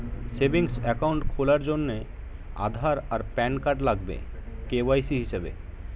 savings account খোলার জন্যে আধার আর প্যান কার্ড লাগবে কে.ওয়াই.সি হিসেবে